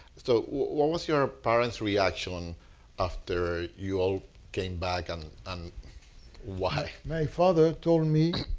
so what was your ah parents' reaction after ah you all came back and and why? my father told me,